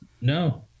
no